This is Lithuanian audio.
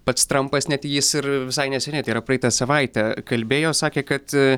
pats trampas net jis ir visai neseniai tai yra praeitą savaitę kalbėjo sakė kad